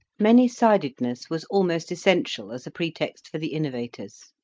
many-sidedness was almost essential as a pretext for the innovators.